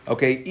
Okay